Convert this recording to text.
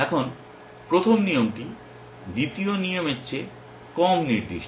এখন প্রথম নিয়মটি দ্বিতীয় নিয়মের চেয়ে কম নির্দিষ্ট